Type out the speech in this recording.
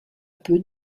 peu